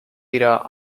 leader